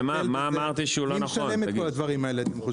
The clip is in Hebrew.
מי משלם את כל זה?